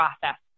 process